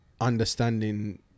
understanding